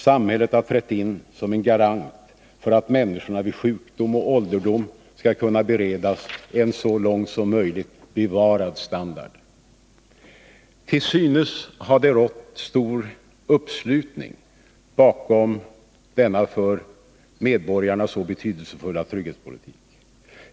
Samhället har trätt in som garant för att människorna vid sjukdom och ålderdom skall kunna beredas en så långt som möjligt bevarad standard. Till synes har det rått stor uppslutning bakom denna för medborgarna så betydelsefulla trygghetspolitik.